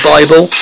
Bible